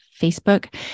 Facebook